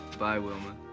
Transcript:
bye, wilma.